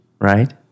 Right